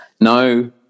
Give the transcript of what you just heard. No